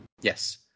yes